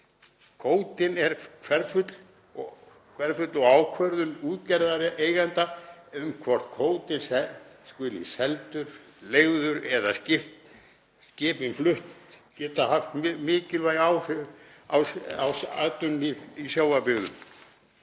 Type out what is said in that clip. Kvótinn er hverfull og ákvörðun útgerðareigenda um hvort kvótinn skuli seldur, leigður eða skipin flutt getur haft mikilvæg áhrif á